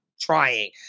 trying